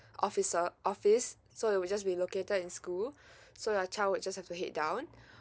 officer office so it will just be located in school so your child would just have to head down